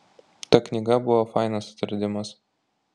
ta knyga buvo fainas atradimas